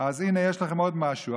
אז הינה, יש לכם עוד משהו.